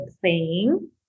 playing